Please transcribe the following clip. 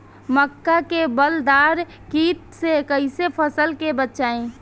मक्का में बालदार कीट से कईसे फसल के बचाई?